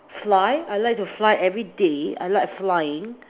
fly I like to fly everyday I like flying